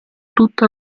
tutta